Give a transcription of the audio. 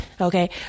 Okay